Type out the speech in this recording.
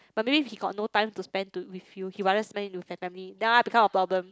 but maybe if he got no time to spend to with you he rather spend it to family then after that become a problem